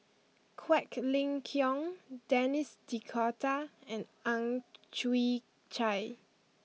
Quek Ling Kiong Denis D'Cotta and Ang Chwee Chai